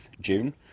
june